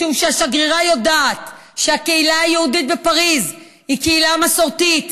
משום שהשגרירה יודעת שהקהילה היהודית בפריז היא קהילה מסורתית,